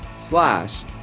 slash